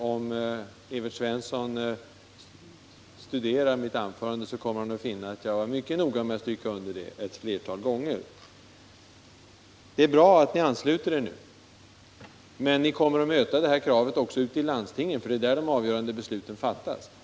Om Evert Svensson studerar mitt anförande kommer han att finna att jag var mycket noga med att stryka under detta ett flertal gånger. Det är bra att ni ansluter er nu. Men ni kommer att möta detta krav också ute i landstingen, för det är där de avgörande besluten fattas.